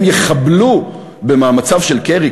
הם יחבלו במאמציו של קרי,